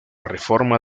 reforma